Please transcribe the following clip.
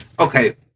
Okay